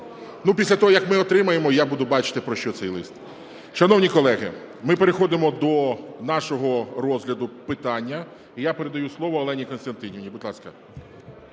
Після того, як ми отримаємо, я буду бачити про що цей лист. Шановні колеги, ми переходимо до нашого розгляду питання. І я передаю слово Олені Костянтинівні, будь ласка.